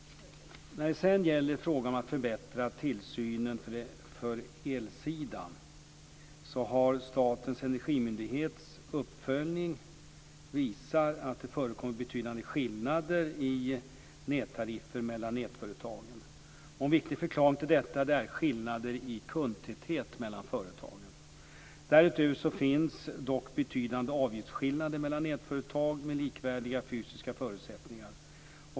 När det sedan gäller frågan om att förbättra tillsynen för elsidan visar uppföljningen hos Statens energimyndighet att det förekommer betydande skillnader i nättariffer mellan nätföretagen. En viktig förklaring till detta är skillnader i kundtäthet mellan företagen. Därutöver finns dock betydande avgiftsskillnader mellan nätföretag med likvärdiga fysiska förutsättningar.